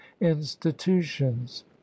institutions